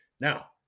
now